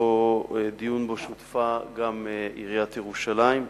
דיון שבו שותְפה גם עיריית ירושלים,